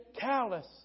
callous